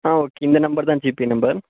ஆ okay இந்த number தான் GPay number